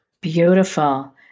Beautiful